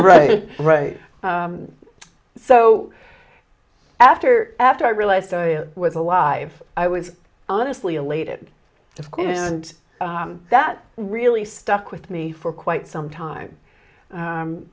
right right so after after i realized i was alive i was honestly elated and that really stuck with me for quite some time